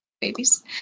Babies